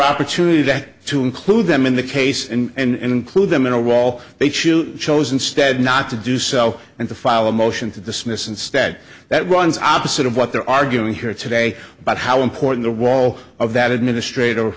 opportunity to include them in the case and include them in a wall they choose chose instead not to do so and to file a motion to dismiss instead that runs opposite of what they're arguing here today about how important the wall of that administrator